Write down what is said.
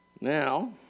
Now